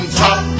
top